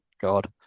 God